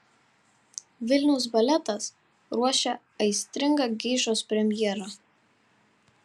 vilniaus baletas ruošia aistringą geišos premjerą